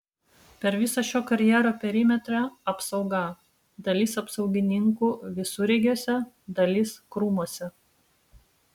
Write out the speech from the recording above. per visą šio karjero perimetrą apsauga dalis apsaugininkų visureigiuose dalis krūmuose